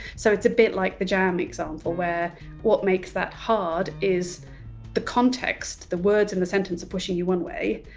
so it's a bit like the jam example, where what makes that hard is the context the words in the sentence are pushing you one way,